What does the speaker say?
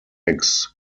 eggs